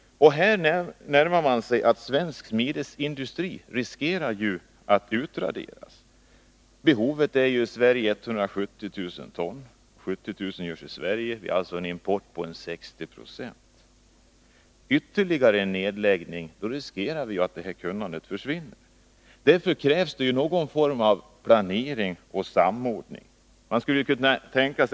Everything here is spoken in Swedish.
Svensk smidesindustri riskerar att utraderas. Det svenska behovet på detta område är 170 000 ton per år, varav 70 000 ton görs i Sverige. Därmed är importen 60 26. Med en ytterligare nedläggning av smedjor riskerar vi att detta kunnande försvinner. Därför krävs någon form av planering och samordning.